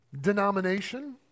denomination